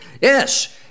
Yes